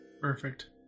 Perfect